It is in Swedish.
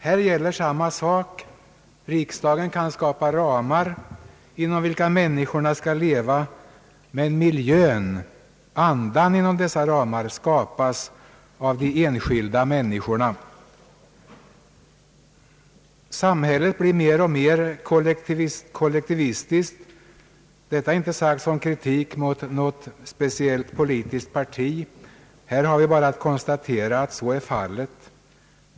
Här gäller samma sak: riksdagen kan skapa ramar inom vilka människorna skall leva, men miljön — andan — inom dessa ramar skapas av de enskilda människorna. Det krävs med andra ord både inom den fysiska och den psykiska miljövården ett verkligt allemanstag om några resultat skall kunna nås. Samhället blir mer och mer kollektivistiskt. Detta inte sagt som kritik mot något speciellt politiskt parti. Här har vi alla bara att konstatera att så är fal let.